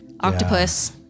octopus